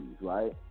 Right